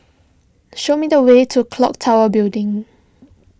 show me the way to Clock Tower Building